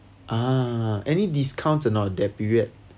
ah any discount or not that period